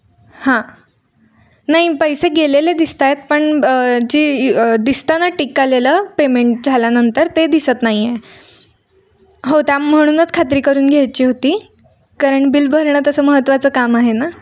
हां नाही पैसे गेलेले दिसत आहेत पण जे दिसतं ना टिक्क आलेलं पेमेंट झाल्यानंतर ते दिसत नाही आहे हो त्या म्हणूनच खात्री करून घ्यायची होती कारण बिल भरणं तसं महत्त्वाचं काम आहे ना